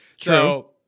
True